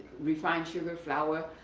refined sugar, flour,